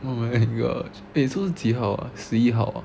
oh my god eh so 几号啊十一号啊